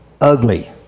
ugly